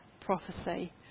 prophecy